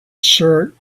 shirts